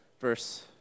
verse